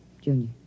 Junior